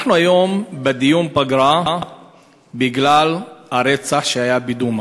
אנחנו היום בדיון פגרה בגלל הרצח שהיה בדומא,